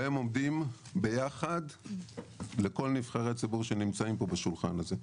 והם עומדים ביחד לכל נבחרי הציבור שנמצאים פה בשולחן הזה.